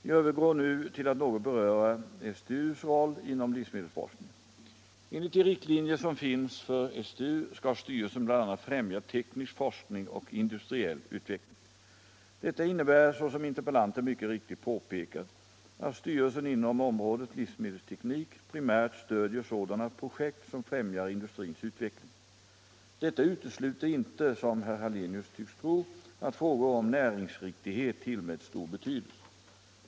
Jag övergår nu till att något beröra STU:s roll inom livsmedelsforskningen. Enligt de riktlinjer som finns för STU skall styrelsen bl.a. främja teknisk forskning och industriell utveckling. Det innebär såsom interpellanten mycket riktigt påpekar att styrelsen inom området livsmedelsteknik primärt stödjer sådana projekt som främjar industrins utveckling. Detta utesluter inte, som herr Hallenius tycks tro, att frågor om näringsriktighet tillmäts stor betydelse.